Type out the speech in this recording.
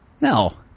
No